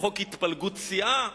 חוק התפלגות סיעה,